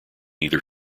either